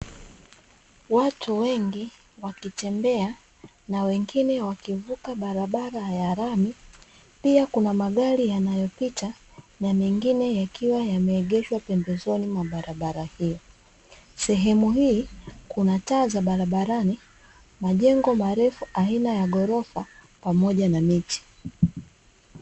Watu wengi wakitembea na wengine wakivuka barabara ya lami pia kuna magari yanayopita na mengine yakiwa yameegeshwa pembezoni mwa barabara hiyo, sehemu hii kuna taa za barabarani, majengo marefu aina ya ghorofa pamoja na miti.